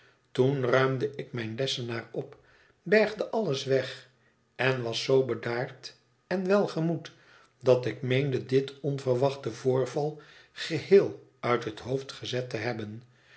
toen ruimde ik mijn lessenaar op bergde alles weg en was zoo bedaard en welgemoed dat ik meende dit onverwachte voorval geheel uit het hoofd gezet te hebben